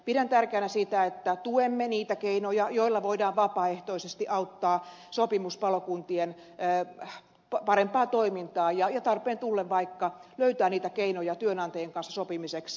pidän tärkeänä sitä että tuemme niitä keinoja joilla voidaan vapaaehtoisesti auttaa sopimuspalokuntien parempaa toimintaa ja tarpeen tullen vaikka löytää niitä keinoja työnantajien kanssa sopimiseksi